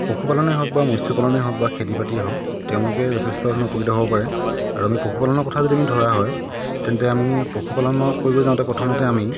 পশুপালনে হওক বা মৎস্যপালনে হওক বা খেতি বাতিয়ে হওক তেওঁলোকে যথেষ্ট ধৰণে উপকৃত হ'ব পাৰে আৰু আমি পশুপালনৰ কথা যদি আমি ধৰা হয় তেন্তে আমি পশুপালনৰ কৰিব যাওঁতে প্ৰথমতে আমি